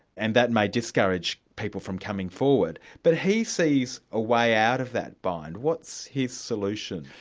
and that may discourage people from coming forward. but he sees a way out of that bind. what's his solution?